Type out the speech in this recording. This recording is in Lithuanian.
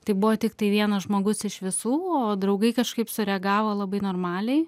tai buvo tiktai vienas žmogus iš visų o draugai kažkaip sureagavo labai normaliai